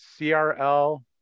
CRL